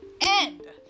end